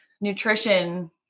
nutrition